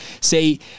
say